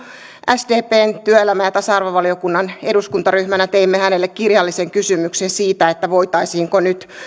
sdpn työelämä ja tasa arvovaliokunnan eduskuntaryhmänä teimme hänelle kirjallisen kysymyksen siitä voitaisiinko nyt